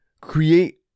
create